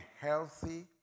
healthy